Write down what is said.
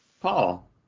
Paul